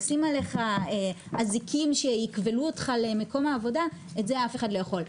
לשים עליך אזיקים שיכבלו אותך למקום העבודה אף אחד לא יכול,